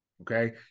Okay